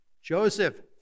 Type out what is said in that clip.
Joseph